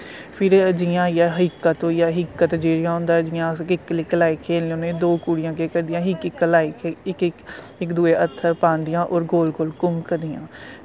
फिर जियां आइया हिक्कत होईया हिक्कत च इ'यां होंदा जियां अस किक्कलाई खेलने होने दो कुड़ियां केह् करदियां हिक्क हिक्क कलाई इक दुई हत्थ पांदियां और गोल गोल घूमदियां